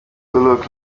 bullock